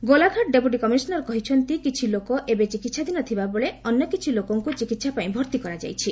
Golaghat deputy commissioner କହିଛନ୍ତି କିଛି ଲୋକ ଏବେ ଚିକିହାଧୀନ ଥିବାବେଳେ ଅନ୍ୟ କିଛି ଲୋକଙ୍କୁ ଚିକିହାପାଇଁ ଭର୍ତ୍ତି କରାଯାଇଛି